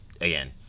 again